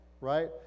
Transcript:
right